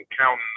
counting